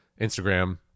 Instagram